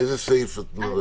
על איזה סעיף את מדברת?